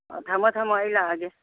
ꯑꯣ ꯊꯝꯃꯣ ꯊꯝꯃꯣ ꯑꯩ ꯂꯥꯛꯑꯒꯦ